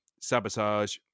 Sabotage